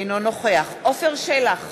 אינו נוכח עפר שלח,